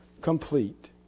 complete